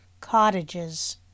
cottages